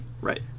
Right